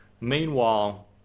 meanwhile